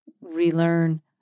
relearn